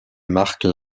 marque